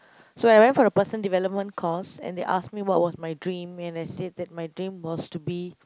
so I went for the person development course and they ask me what was my dream and I said that my dream was to be